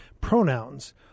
pronouns